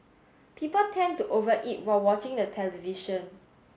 people tend to over eat while watching the television